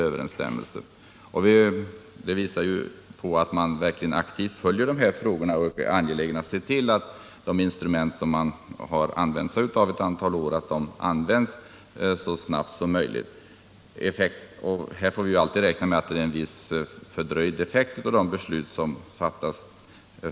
Det visar ju att man aktivt följer de här frågorna och är angelägen om att se till att de instrument som har använts under ett antal år kommer att användas igen så snabbt som möjligt. Här får vi alltid räkna med en viss fördröjd effekt av de beslut som fattas.